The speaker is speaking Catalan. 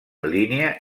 línia